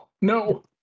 No